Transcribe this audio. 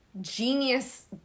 genius